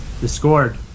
discord